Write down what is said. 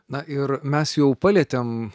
na ir mes jau palietėm